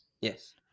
Yes